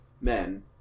men